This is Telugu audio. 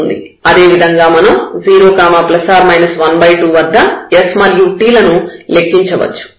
అదేవిధంగా మనం 0 ±12 వద్ద s మరియు t లను లెక్కించవచ్చు